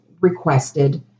requested